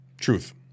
Truth